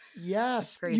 Yes